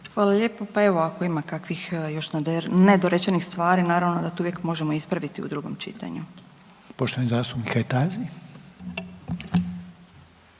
Hvala lijepo. Pa evo, ako ima kakvih još nedorečenih stvari, naravno da tu uvijek možemo ispraviti u drugom čitanju. **Reiner, Željko